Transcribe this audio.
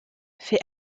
fait